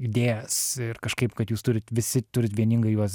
idėjas ir kažkaip kad jūs turit visi turit vieningai juos